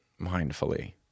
mindfully